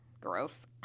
Gross